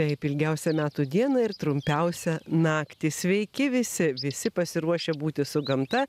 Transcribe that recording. taip ilgiausią metų dieną ir trumpiausią naktį sveiki visi visi pasiruošę būti su gamta